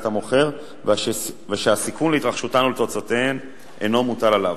המוכר ושהסיכון של התרחשותן ותוצאותיהן אינו מוטל עליו.